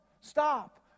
stop